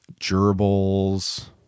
gerbils